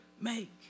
make